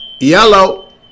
yellow